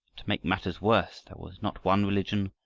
to make matters worse there was not one religion,